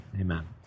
Amen